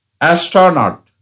Astronaut